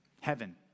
heaven